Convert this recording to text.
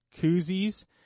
koozies